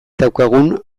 daukagun